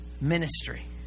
ministry